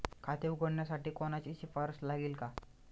खाते उघडण्यासाठी कोणाची शिफारस लागेल का?